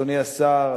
אדוני השר,